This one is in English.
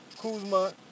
Kuzma